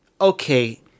okay